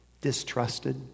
distrusted